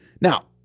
Now